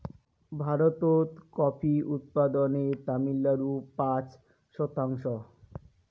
ভারতত কফি উৎপাদনে তামিলনাড়ু পাঁচ শতাংশ